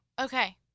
okay